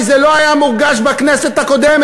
כי זה לא היה מורגש בכנסת הקודמת.